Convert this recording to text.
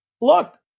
Look